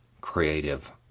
creative